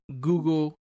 Google